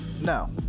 No